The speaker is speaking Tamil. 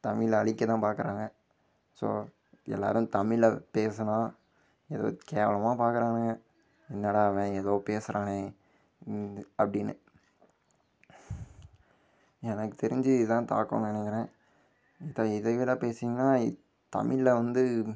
தமிழை அழிக்க தான் பார்க்குறாங்க ஸோ எல்லாரும் தமிழை பேசணும் ஏதோ கேவலமாக பார்க்குறானுங்க என்னடா இவன் ஏதோ பேசுகிறானே அப்படின்னு எனக்கு தெரிஞ்சு இதான் தாக்கம்ன்னு நினைக்குறேன் இப்போ இதை வேறு பேசுனீங்கன்னா தமிழில் வந்து